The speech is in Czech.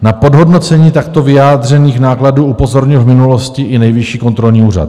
Na podhodnocení takto vyjádřených nákladů upozornil v minulosti i Nejvyšší kontrolní úřad.